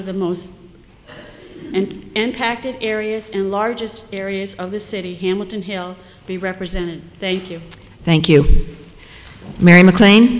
of the most and impacted areas and largest areas of the city hamilton hill be represented thank you thank you mary mclean